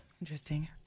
Interesting